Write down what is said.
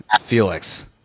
Felix